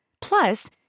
Plus